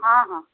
ହଁ ହଁ